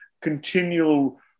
continual